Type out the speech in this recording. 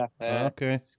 Okay